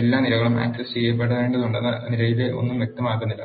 എല്ലാ നിരകളും ആക് സസ്സുചെയ്യേണ്ടതുണ്ടെന്ന് നിരയിലെ ഒന്നും വ്യക്തമാക്കുന്നില്ല